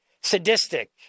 sadistic